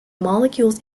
molecules